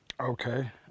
Okay